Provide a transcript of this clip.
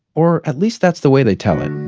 or at least that's the way they tell it.